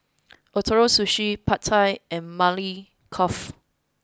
Ootoro Sushi Pad Thai and Maili Kofta